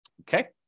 okay